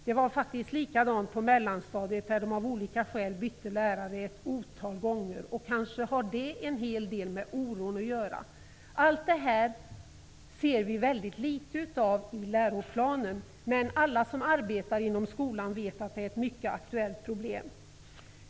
Det var faktiskt likadant på mellanstadiet, där de av olika skäl bytte lärare ett otal gånger. Kanske har det en hel del med oron att göra. Allt detta ser vi väldigt litet av i läroplanen, men alla som arbetar inom skolan vet att detta är ett mycket aktuellt problem.